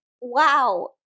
wow